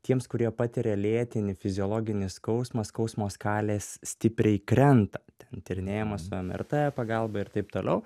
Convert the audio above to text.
tiems kurie patiria lėtinį fiziologinį skausmą skausmo skalės stipriai krenta ten tyrinėjama su nrt pagalba ir taip toliau